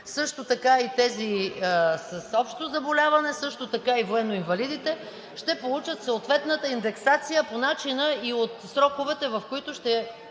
също така и тези с общо заболяване, също така и военноинвалидите ще получат съответната индексация по начина и в сроковете, в които ще